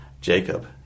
Jacob